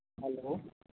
hello